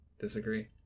Disagree